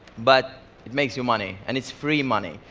but it makes you money. and it's free money.